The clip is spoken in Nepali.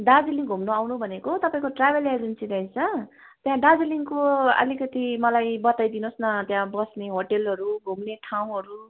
दार्जिलिङ घुम्नु आउँनु भनेको तपाईँको ट्राभल एजेन्सी रहेछ त्यहाँ दार्जीलिङको अलिकति मलाई बताइदिनुहोस् न त्यहाँ बस्ने होटेलहरू घुम्ने ठाउँहरू